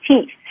teeth